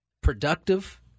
Productive